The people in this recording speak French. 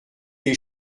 les